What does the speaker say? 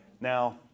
Now